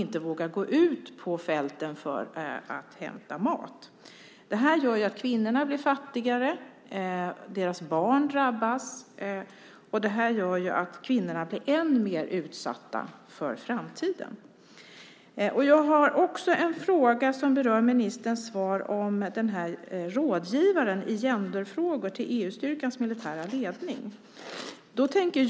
Den ingår också i min frågeställning. Det här gör att kvinnorna blir fattigare och att deras barn drabbas. Det gör att kvinnorna blir än mer utsatta för framtiden. Jag har också en fråga som berör ministerns svar om den här rådgivaren till EU-styrkans militära ledning i genderfrågor.